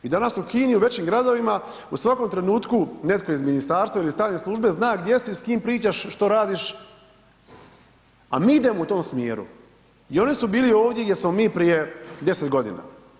I danas u Kini, u većim gradovima, u svakom trenutku, netko iz ministarstva ili tajne službe zna gdje su s kim pričaš, što radiš, a mi idemo u tom smjeru i oni su bili ovdje gdje smo mi prije 10 godina.